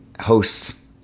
hosts